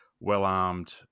well-armed